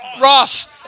Ross